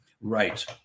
right